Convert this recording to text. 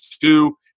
two